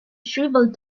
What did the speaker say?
shriveled